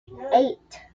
eight